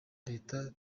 leta